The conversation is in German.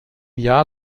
jahr